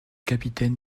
capitaine